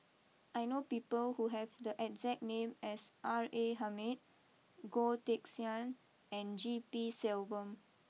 I know people who have the exact name as R A Hamid Goh Teck Sian and G P Selvam